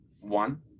One